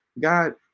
God